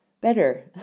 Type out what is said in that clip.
better